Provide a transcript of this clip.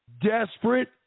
desperate